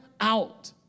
out